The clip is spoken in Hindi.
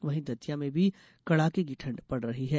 वहीं दतिया में भी कडाके की ठंड पड़ रही है